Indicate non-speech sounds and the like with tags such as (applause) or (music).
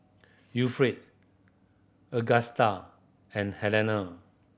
(unintelligible) Agusta and Helena